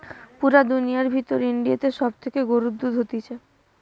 পুরা দুনিয়ার ভিতর ইন্ডিয়াতে সব থেকে গরুর দুধ হতিছে